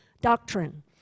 doctrine